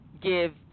give